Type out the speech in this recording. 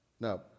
Now